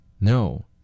No